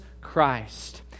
Christ